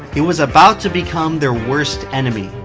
he was about to become their worst enemy.